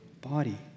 body